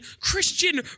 Christian